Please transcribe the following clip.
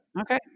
okay